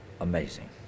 amazing